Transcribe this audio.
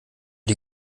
die